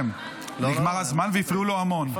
נגמר הזמן, והפריעו לו המון.